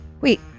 Wait